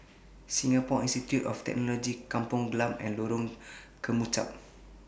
Singapore Institute of Technology Kampong Glam and Lorong Kemunchup